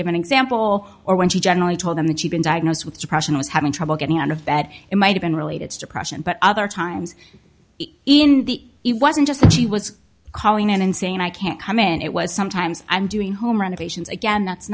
give an example or when she generally told them that she'd been diagnosed with depression was having trouble getting out of that it might have been related to depression but other times in the it wasn't just that she was calling in and saying i can't come in it was sometimes i'm doing home renovations again that's